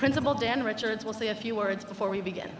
principal dan richards will say a few words before we begin